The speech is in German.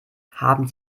haben